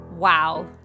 Wow